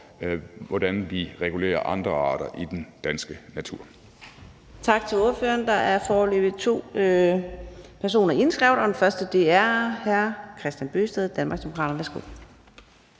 hvordan man regulerer andre arter i den danske natur.